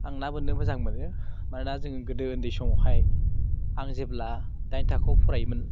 आं ना बोननो मोजां मोनो मानोना जोंनि गोदो उन्दै समावहाय आं जेब्ला दाइन थाखोआव फरायोमोन